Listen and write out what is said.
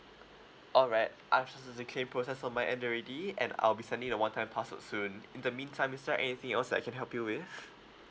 alright I've just claim process on my end already and I'll be sending you a one time password soon in the meantime is there anything else that I can help you with